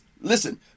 Listen